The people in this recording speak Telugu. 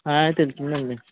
తెలిసిందండి